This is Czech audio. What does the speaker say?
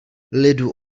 lidu